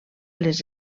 les